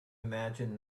imagine